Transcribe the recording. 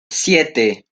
siete